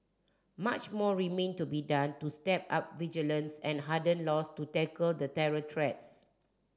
much more remain to be done to step up vigilance and harden laws to tackle the terror threats